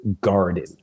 garden